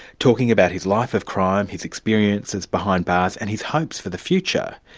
talking about his life of crime, his experiences behind bars and his hopes for the future.